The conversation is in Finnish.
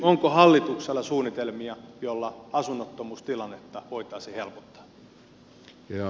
onko hallituksella suunnitelmia joilla asunnottomuustilannetta voitaisiin helpottaa